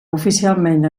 oficialment